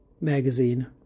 magazine